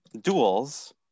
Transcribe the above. duels